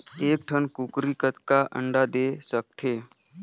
एक ठन कूकरी कतका अंडा दे सकथे?